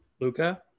Luca